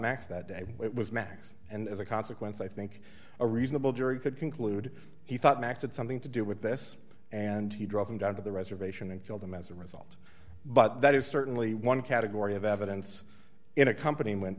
max that day it was max and as a consequence i think a reasonable jury could conclude he thought max had something to do with this and he drove him down to the reservation and killed him as a result but that is certainly one category of evidence in a company when